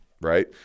right